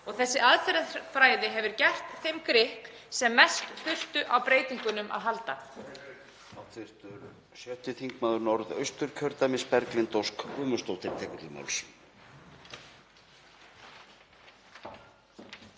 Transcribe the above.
Þessi aðferðafræði hefur gert þeim grikk sem mest þurftu á breytingunum að halda.